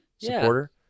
supporter